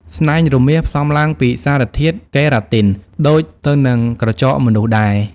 ស្នែងរមាសផ្សំឡើងពីសារធាតុ keratin ដូចទៅនឹងក្រចកមនុស្សដែរ។